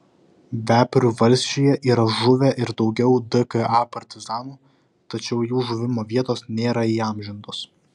veprių valsčiuje yra žuvę ir daugiau dka partizanų tačiau jų žuvimo vietos nėra įamžintos